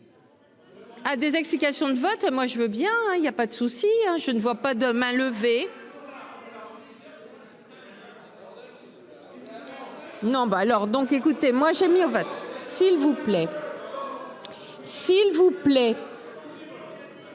Ah des explications de vote. Moi je veux bien, il y a pas de souci hein. Je ne vois pas de main levée. Non bah alors donc. Écoutez, moi j'ai mis en fait s'il vous plaît. S'il vous plaît.